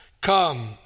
Come